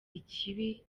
ikibi